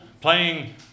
playing